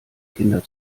kinder